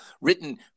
written